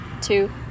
two